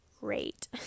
great